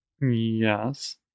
yes